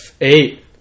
Eight